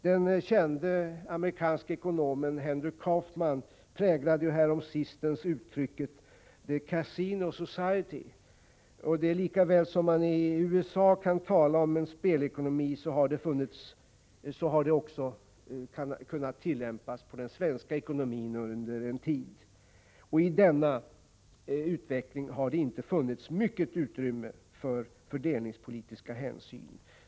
Den kände amerikanske ekonomen Henry Kaufman präglade ju häromsistens uttrycket The Casino Society. Lika väl som man i USA kan tala om en spelekonomi så har detta uttryck också kunnat tillämpas på den svenska ekonomin under en tid. I denna utveckling har det inte funnits mycket utrymme för fördelningspolitiska hänsyn.